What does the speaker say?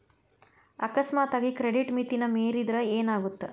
ಅಕಸ್ಮಾತಾಗಿ ಕ್ರೆಡಿಟ್ ಮಿತಿನ ಮೇರಿದ್ರ ಏನಾಗತ್ತ